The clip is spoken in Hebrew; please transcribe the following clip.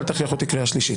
אל תכריח אותי לקריאה שלישית.